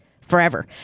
forever